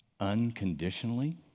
unconditionally